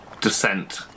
descent